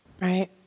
right